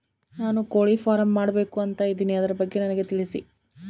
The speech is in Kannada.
ನಾನು ಕೋಳಿ ಫಾರಂ ಮಾಡಬೇಕು ಅಂತ ಇದಿನಿ ಅದರ ಬಗ್ಗೆ ನನಗೆ ತಿಳಿಸಿ?